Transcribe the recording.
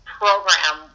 program